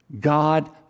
God